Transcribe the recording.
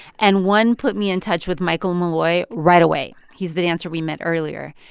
and one put me in touch with michael moloi right away. he's the dancer we met earlier.